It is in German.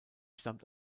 stammt